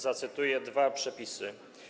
Zacytuję dwa przepisy.